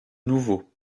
nouveau